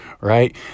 Right